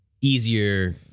easier